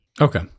Okay